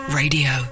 radio